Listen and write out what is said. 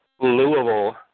Louisville